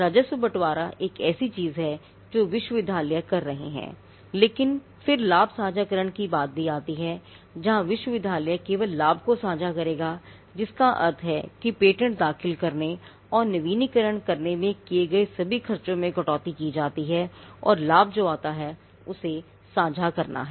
राजस्व बँटवारा एक ऐसी चीज़ है जो विश्वविद्यालय कर रहे हैं लेकिन फिर लाभ साझाकरण की बात भी आती है जहाँ विश्वविद्यालय केवल लाभ को साझा करेगा जिसका अर्थ है कि पेटेंट दाखिल करने और नवीनीकरण करने में किए गए सभी खर्चों में कटौती की जाती है और लाभ जो आता हैउसे साँझा करना है